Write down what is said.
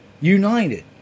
united